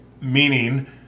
meaning